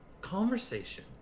conversation